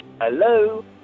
Hello